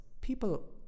people